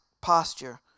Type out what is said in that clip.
posture